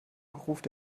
ruft